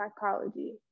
psychology